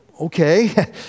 Okay